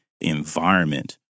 environment